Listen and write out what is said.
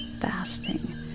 fasting